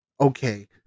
okay